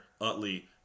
Utley